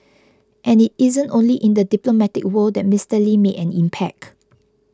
and it isn't only in the diplomatic world that Mister Lee made an impact